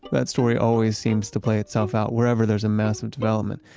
that story always seems to play itself out wherever there is a massive development.